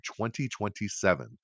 2027